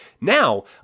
Now